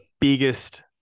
biggest